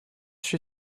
she